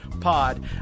pod